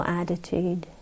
attitude